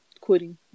quitting